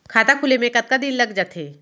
खाता खुले में कतका दिन लग जथे?